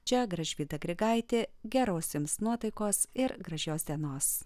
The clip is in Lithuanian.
čia gražvyda grigaitė geros jums nuotaikos ir gražios dienos